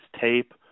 tape